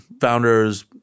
founders